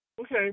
Okay